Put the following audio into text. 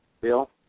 Bill